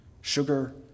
Sugar